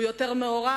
הוא יותר מעורב,